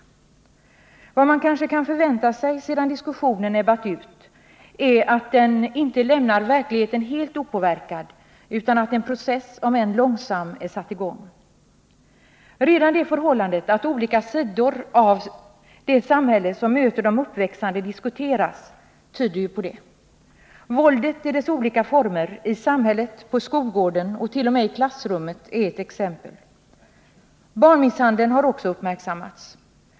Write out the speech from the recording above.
Vad man kanske kan förvänta sig sedan diskussionen ebbat ut är att den inte lämnar verkligheten helt opåverkad, utan att en process, om än långsam, är satt i gång. Redan det förhållandet att olika sidor av det samhälle som möter de uppväxande diskuteras tyder ju på det. Våldet i dess olika former — i samhället, på skolgården ocht.o.m. i klassrummet — är ett exempel på detta. Också barnmisshandeln har uppmärksammats.